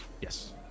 Yes